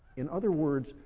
in other words,